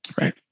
Right